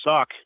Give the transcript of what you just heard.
suck